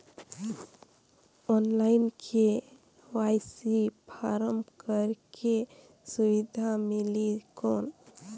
Online KYC form करेके सुविधा मिली कौन?